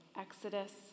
Exodus